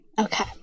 okay